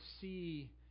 see